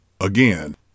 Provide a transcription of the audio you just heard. Again